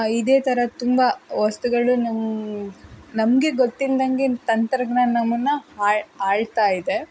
ಇದೇ ಥರದ್ ತುಂಬ ವಸ್ತುಗಳು ನಮ್ಮ ನಮಗೆ ಗೊತ್ತಿಲ್ದಂಗೆ ತಂತ್ರಜ್ಞಾನ ನಮ್ಮನ್ನು ಆಳು ಆಳ್ತಾ ಇದೆ